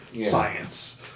science